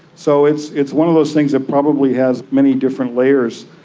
so it's it's one of those things that probably has many different layers.